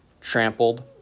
trampled